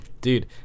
dude